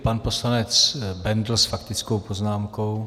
Pan poslanec Bendl s faktickou poznámkou.